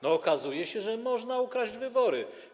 No, okazuje się, że można ukraść wybory.